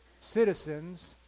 citizens